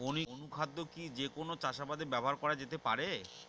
অনুখাদ্য কি যে কোন চাষাবাদে ব্যবহার করা যেতে পারে?